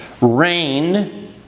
rain